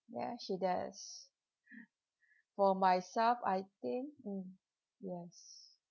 ya she does for myself I think mm yes